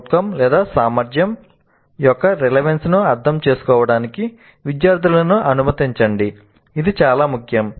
CO సామర్థ్యం యొక్క relevance ని అర్థం చేసుకోవడానికి విద్యార్థులను అనుమతించండి ఇది చాలా ముఖ్యం